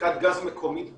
הפקת גז מקומית באירופה,